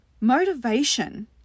motivation